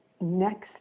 next